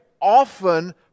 often